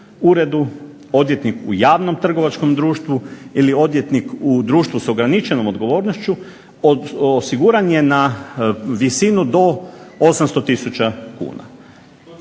uredu, odvjetnik u javnom trgovačkom društvu ili odvjetnik u društvu s ograničenom odgovornošću osiguran je na visinu do 800 tisuća